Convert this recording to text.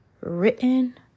written